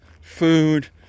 Food